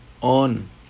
on